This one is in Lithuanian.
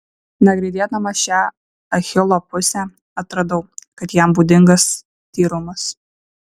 nagrinėdama šią achilo pusę atradau kad jam būdingas tyrumas